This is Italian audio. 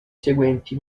seguenti